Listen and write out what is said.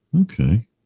Okay